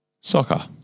soccer